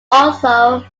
also